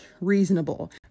reasonable